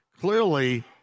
clearly